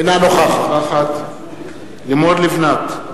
אינה נוכחת לימור לבנת,